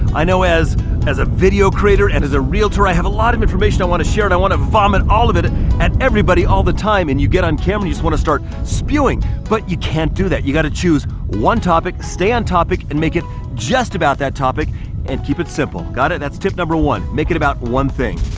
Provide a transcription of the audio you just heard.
i know as as a video creator and as a realtor, i have a lot of information i wanna share. i wanna vomit all of it it at everybody all the time. and you get on camera. you just wanna start spewing, but you can't do that. you gotta choose one topic, stay on topic and make it just about that topic and keep it simple. got it? that's tip number one, make it about one thing.